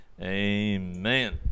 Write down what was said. amen